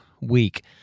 week